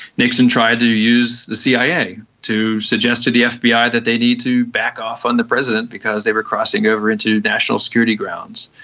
nixon tried to use the cia to suggest to the fbi that they need to back off on the president because they were crossing over into national security grounds.